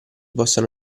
possano